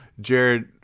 Jared